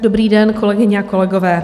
Dobrý den, kolegyně a kolegové.